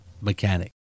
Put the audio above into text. mechanic